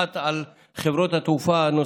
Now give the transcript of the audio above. הצעת החוק הזאת נולדה בעקבות זה שצו התעופה שהיינו